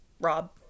Rob